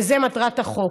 וזאת מטרת החוק.